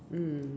mm